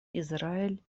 израиль